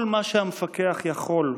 כל מה שהמפקח יכול,